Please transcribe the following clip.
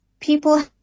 people